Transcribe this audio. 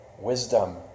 wisdom